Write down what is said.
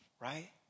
right